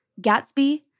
Gatsby